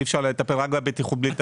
אי אפשר לטפל רק בבטיחות בלי לטפל בשכר.